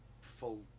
full